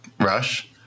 Rush